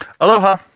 Aloha